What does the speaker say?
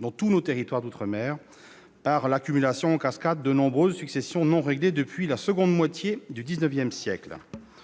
dans tous nos territoires d'outre-mer, par l'accumulation en cascade de nombreuses successions non réglées depuis la seconde moitié du XIX siècle.